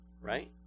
Right